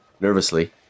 Nervously